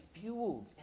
fueled